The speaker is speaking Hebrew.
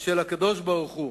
של הקדוש-ברוך-הוא.